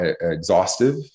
exhaustive